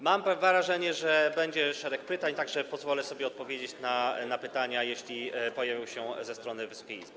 Mam wrażenie, że będzie szereg pytań, tak że pozwolę sobie odpowiedzieć na pytania, jeśli pojawią się ze strony Wysokiej Izby.